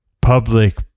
public